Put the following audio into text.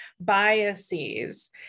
biases